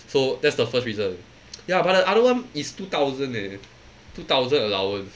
so that's the first reason ya but the other one is two thousand eh two thousand allowance